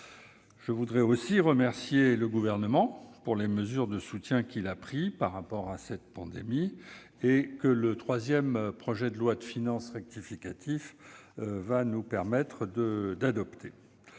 Je veux aussi remercier le Gouvernement des mesures de soutien qu'il a prises pour faire face à cette pandémie, que le troisième projet de loi de finances rectificative va nous permettre d'adopter.